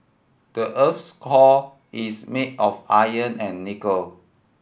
the earth's core is made of iron and nickel